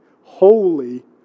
holy